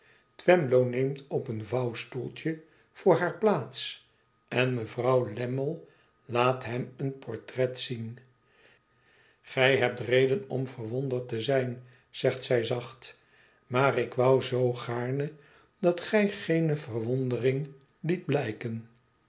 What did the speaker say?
twemlow neemt op een vouwstoeltje voor haar plaats en mevrouw lammie laat hem een portret zien gij hebt reden om verwonderd te zijn zegt zij zacht tmaar ik wou zoo gaarne dat gij geene verwondering liet blijken